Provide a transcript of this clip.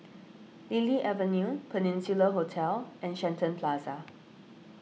Lily Avenue Peninsula Hotel and Shenton Plaza